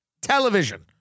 television